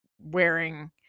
wearing